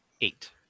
Eight